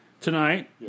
tonight